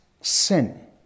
sin